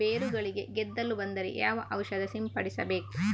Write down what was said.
ಬೇರುಗಳಿಗೆ ಗೆದ್ದಲು ಬಂದರೆ ಯಾವ ಔಷಧ ಸಿಂಪಡಿಸಬೇಕು?